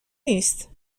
نیست